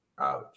Ouch